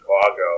Chicago